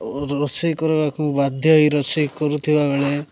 ରୋଷେଇ କରିବାକୁ ବାଧ୍ୟ ହୋଇ ରୋଷେଇ କରୁଥିବା ବେଳେ